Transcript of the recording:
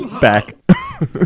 Back